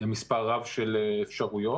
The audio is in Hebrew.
למספר רב של אפשרויות.